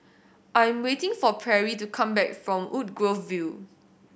I'm waiting for Perry to come back from Woodgrove View